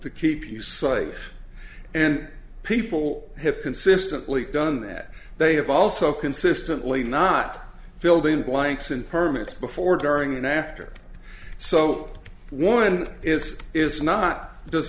to keep you site and people have consistently done that they have also consistently not filled in blanks and permits before during and after so one is is not does